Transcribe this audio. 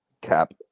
cap